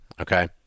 Okay